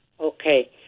Okay